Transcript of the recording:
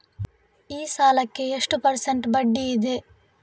ಈ ಸಾಲಕ್ಕೆ ಎಷ್ಟು ಪರ್ಸೆಂಟ್ ಬಡ್ಡಿ ಇದೆ?